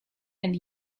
and